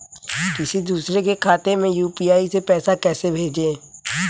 किसी दूसरे के खाते में यू.पी.आई से पैसा कैसे भेजें?